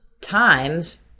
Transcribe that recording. times